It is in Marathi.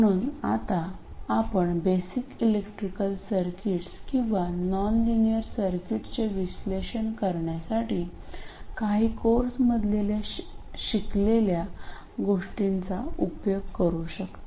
म्हणून आता आपण बेसिक इलेक्ट्रिकल सर्किट्स किंवा नॉनलिनियर सर्किटचे विश्लेषण करण्यासाठी काही कोर्स मध्ये शिकलेल्या गोष्टींचा उपयोग करू शकता